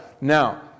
Now